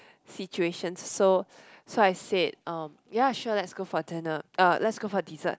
situations so so I said uh ya sure let's go for dinner uh let's go for dessert